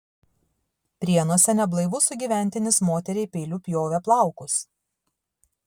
prienuose neblaivus sugyventinis moteriai peiliu pjovė plaukus